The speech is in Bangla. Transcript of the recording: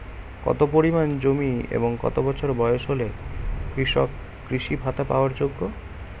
কত পরিমাণ জমি এবং কত বছর বয়স হলে কৃষক কৃষি ভাতা পাওয়ার যোগ্য?